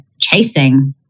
chasing